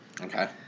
Okay